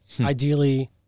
ideally